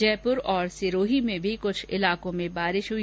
जयपूर और सिरोही में भी कुछ इलाके में बारिश हुई